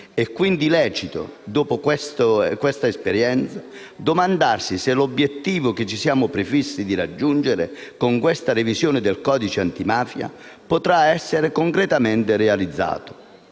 È quindi lecito, dopo questa esperienza, domandarsi se l'obiettivo che ci siamo prefissi di raggiungere con questa revisione del codice antimafia potrà essere concretamente realizzato.